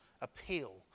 appeal